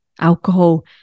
alcohol